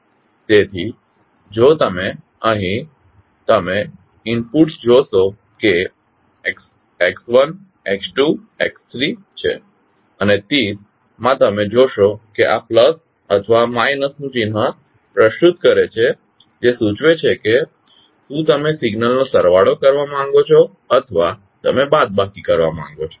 તેથી જો અહીં તમે ઇનપુટ્સ જોશો કે X1sX2s X3 છે અને દરેક તીર માં તમે જોશો કે આ વત્તા અથવા બાદબાકી નું ચિહ્ન પ્રસ્તુત થયેલ છે જે સૂચવે છે કે શું તમે સિગ્નલનો સરવાળો કરવા માંગો છો અથવા તમે બાદબાકી કરવા માંગો છો